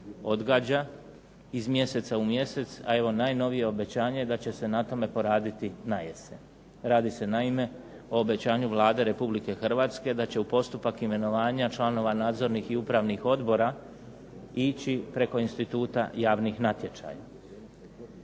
odgađa iz mjeseca u mjesec. A evo najnovije obećanje da će se na tome poraditi na jesen. Radi se naime o obećanju Vlada Republike Hrvatske da će u postupak imenovanja članova nadzornih i upravnih odbora ići preko instituta javnih natječaja.